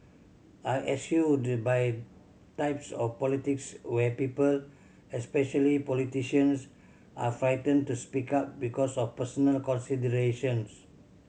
I eschew types of politics where people especially politicians are frightened to speak up because of personal considerations